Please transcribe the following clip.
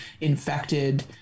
infected